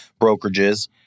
brokerages